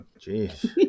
Jeez